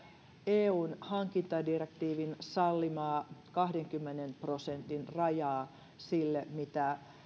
eun hankintadirektiivin sallimaa kahdenkymmenen prosentin rajaa sille mitä